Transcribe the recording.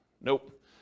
nope